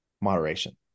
moderation